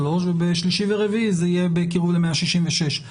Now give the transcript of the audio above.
ובשלישי וברביעי זה יהיה בקירוב ל-166.